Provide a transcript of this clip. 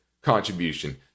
contribution